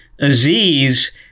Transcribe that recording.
Aziz